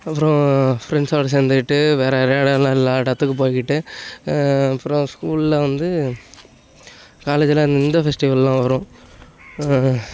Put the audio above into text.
அப்பறம் ஃப்ரெண்ட்ஸோடு சேர்ந்துக்கிட்டு வேறே இடத்துக்கு போயிக்கிட்டு அப்புறம் ஸ்கூலில் வந்து காலேஜுலாம் இந்த பெஸ்டிவல்லாம் வரும்